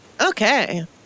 Okay